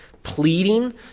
pleading